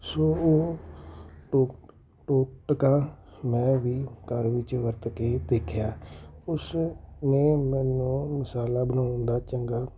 ਸੋ ਉਹ ਟੋਟਕਾ ਮੈਂ ਵੀ ਘਰ ਵਿੱਚ ਵਰਤ ਕੇ ਦੇਖਿਆ ਉਸ ਨੇ ਮੈਨੂੰ ਮਸਾਲਾ ਬਣਾਉਣ ਦਾ ਚੰਗਾ